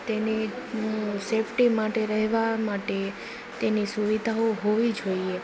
તેની સેફટી માટે રહેવા માટે તેની સુવિધાઓ હોવી જોઈએ